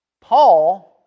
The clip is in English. Paul